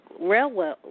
railway